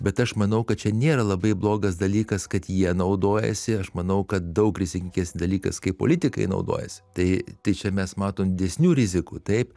bet aš manau kad čia nėra labai blogas dalykas kad jie naudojasi aš manau kad daug rizikingas dalykas kai politikai naudojasi tai tai čia mes matom didesnių rizikų taip